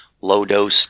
low-dose